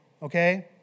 Okay